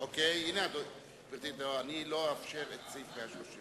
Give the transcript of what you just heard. קיבלנו איום אתמול בתקשורת על חשש